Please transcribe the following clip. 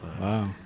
Wow